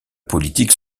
politiques